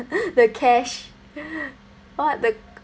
the cash what the